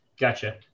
Gotcha